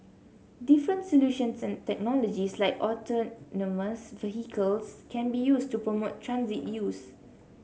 different solutions and technologies like autonomous vehicles can be used to promote transit use